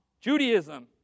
Judaism